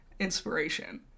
inspiration